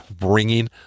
bringing